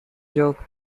joke